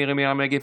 מירי מרים רגב,